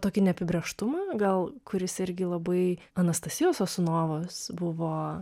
tokį neapibrėžtumą gal kuris irgi labai anastasijos sosunovos buvo